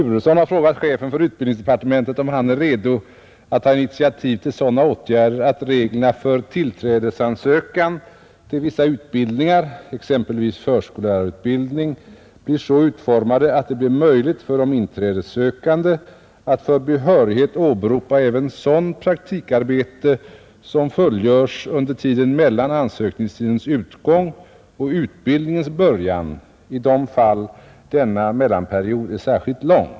Herr Turesson har frågat chefen för utbildningsdepartementet, om han är redo att ta initiativ till sådana åtgärder att reglerna för tillträdesansökan till vissa utbildningar, exempelvis förskollärarutbildning, blir så utformade att det blir möjligt för de inträdessökande att för behörighet åberopa även sådant praktikarbete som fullgörs under tiden mellan ansökningstidens utgång och utbildningens början, i de fall denna mellanperiod är särskilt lång.